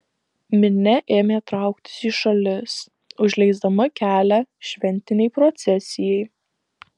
minia ėmė trauktis į šalis užleisdama kelią šventinei procesijai